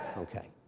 okay.